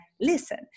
listen